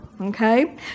Okay